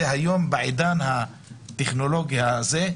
היום בעידן הטכנולוגי הזה,